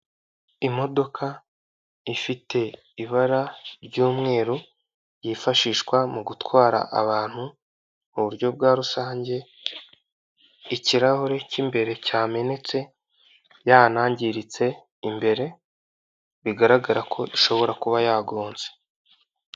Imodoka ifite ibara ry'umweru yifashishwa mu gutwara abantu mu buryo bwa rusange, ikirahure cy'imbere cyamenetse yanangiritse imbere, bigaragara ko ishobora kuba yagonze.